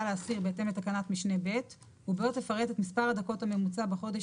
להסיר בהתאם לתקנת משנה ב' וזו תפרט את מספר הדקות הממוצע בחודש